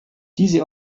diese